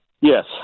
Yes